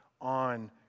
on